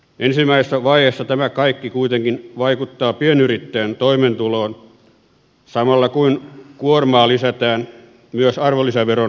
ensimmäisessä vaiheessa tämä kaikki kuitenkin vaikuttaa pienyrittäjän toimeentuloon samalla kun kuormaa lisätään myös arvonlisäveron korotuksella